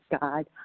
God